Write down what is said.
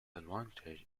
advantage